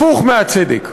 הפוך מהצדק.